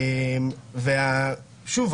שוב,